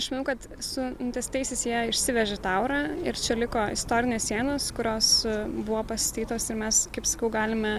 aš manau kad su nuteistaisiais jie išsivežė tą aurą ir čia liko istorinės sienos kurios buvo pastatytos ir mes kaip sakau galime